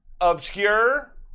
obscure